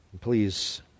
Please